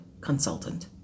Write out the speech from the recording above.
consultant